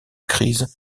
crise